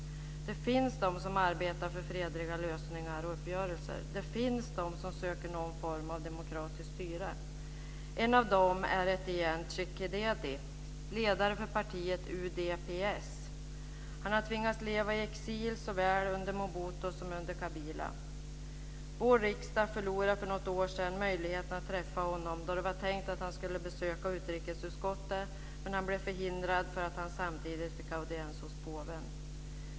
Det finns de som arbetar för fredliga lösningar och uppgörelser. Det finns de som söker någon form av demokratiskt styre. En av dem är Etienne Tshisekedi, ledare för partiet UDPS. Han har tvingats leva i exil såväl under Mobuto som under Kabila. Vår riksdag förlorade för något år sedan möjligheten att träffa honom. Det var tänkt att han skulle besöka utrikesutskottet, men han blev förhindrad därför att han samtidigt fick audiens hos påven.